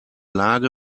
lage